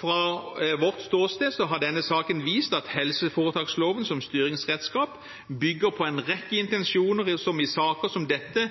Fra vårt ståsted har denne saken vist at helseforetaksloven som styringsredskap bygger på en rekke intensjoner som i saker som dette